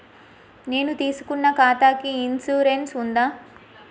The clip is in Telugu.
నేను తీసుకున్న ఖాతాకి ఇన్సూరెన్స్ ఉందా?